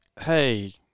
Hey